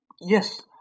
Yes